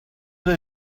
they